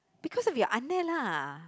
because of your ah-neh lah